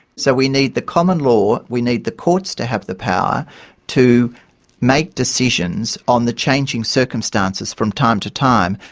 so we need the common law, we need the courts to have the power to make decisions on the changing circumstances from time to time,